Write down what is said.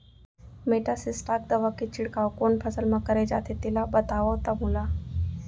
Metasystox दवा के छिड़काव कोन फसल म करे जाथे तेला बताओ त मोला?